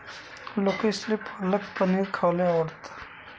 लोकेसले पालक पनीर खावाले आवडस